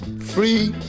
free